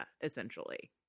essentially